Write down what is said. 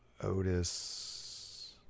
Otis